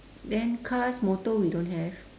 then cars motor we don't have